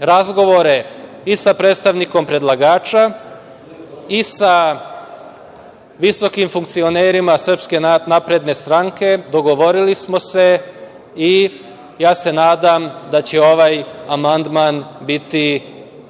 razgovore i sa predstavnikom predlagača i sa visokim funkcionerima SNS. Dogovorili smo se i ja se nadam da će ovaj amandman biti